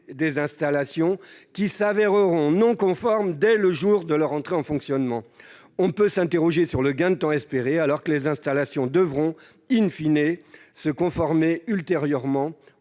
des installations qui s'avéreront non conformes dès le jour de leur mise en fonctionnement. On peut s'interroger sur le gain de temps espéré, alors que les installations devront se conformer ultérieurement